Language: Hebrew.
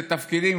אלה תפקידים,